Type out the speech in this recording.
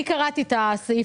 אני קראתי את הסעיף,